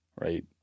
Right